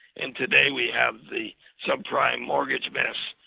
and today we have the subprime mortgage mess,